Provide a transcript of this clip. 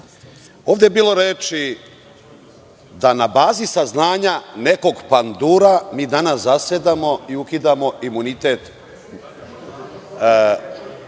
Ovde je bilo reči da na bazi saznanja nekog pandura mi danas zasedamo i ukidamo imunitet